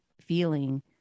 feeling